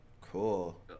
Cool